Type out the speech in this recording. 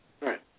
Right